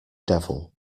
devil